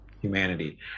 humanity